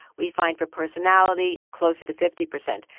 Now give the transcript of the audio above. we find for personality, closer to fifty percent.